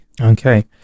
Okay